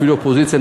אפילו האופוזיציה,